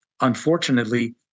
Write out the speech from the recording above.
unfortunately